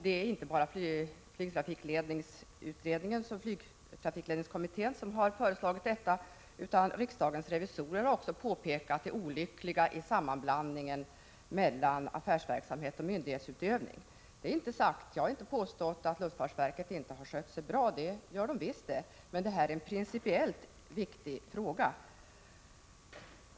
Det är inte bara flygtrafikledningskommittén som har föreslagit detta, utan riksdagens revisorer har också påpekat det olyckliga i sammanblandningen mellan affärsverksamhet och myndighetsutövning även i detta verk. Jag har inte påstått att luftfartsverket inte har skött sig bra — det gör verket visst — men detta är en principiellt viktig fråga.